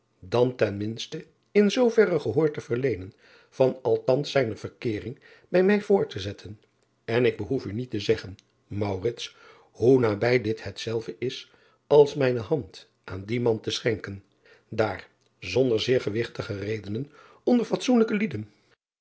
ten minste in zooverre driaan oosjes zn et leven van aurits ijnslager gehoor te verleenen van althans zijne verkeering bij mij voort te zetten en ik behoef u niet te zeggen hoe nabij dit hetzelfde is als mijne hand aan dien man te schenken daar zonder zeer gewigtige redenen onder fatsoenlijke lieden